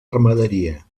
ramaderia